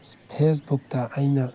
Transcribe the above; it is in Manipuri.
ꯐꯦꯁꯕꯨꯛꯇ ꯑꯩꯅ